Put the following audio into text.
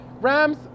Rams